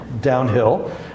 downhill